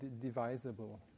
divisible